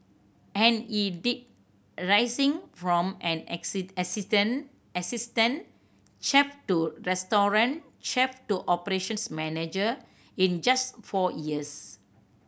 and he did rising from an assistant assistant chef to restaurant chef to operations manager in just four years